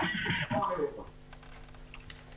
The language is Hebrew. אפי רוזן.